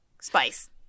spice